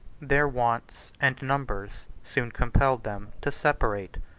their wants and numbers soon compelled them to separate,